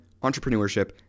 entrepreneurship